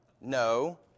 no